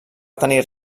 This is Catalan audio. tenir